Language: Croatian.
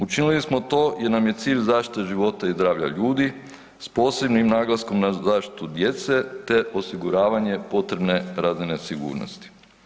Učinili smo to jer nam je cilj zaštita života i zdravlja ljudi s posebnim naglaskom na zaštitu djece te osiguravanje potrebne razine sigurnosti.